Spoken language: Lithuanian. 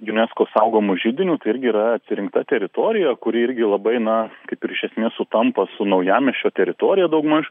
junesko saugomu židiniu tai irgi yra atrinkta teritorija kuri irgi labai na kaip ir iš esmės sutampa su naujamiesčio teritorija daugmaž